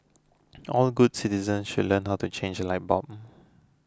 all good citizens should learn how to change a light bulb